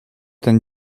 ten